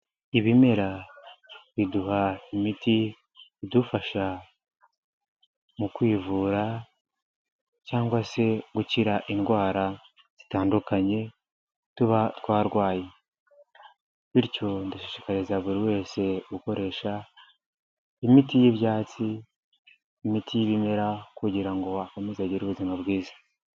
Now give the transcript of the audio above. Ibimera biduha imiti idufasha mu kwivura cyangwa se gukira indwara zitandukanye tuba twarwaye bityo ndashishikariza buri wese gukoresha imiti y'ibyatsi, imiti y'ibimera kugira ngo akomeze agire ubuzima bwiza.